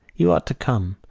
you ought to come.